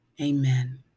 Amen